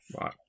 Right